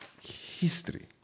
history